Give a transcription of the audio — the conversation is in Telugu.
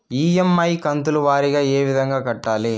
ఇ.ఎమ్.ఐ కంతుల వారీగా ఏ విధంగా కట్టాలి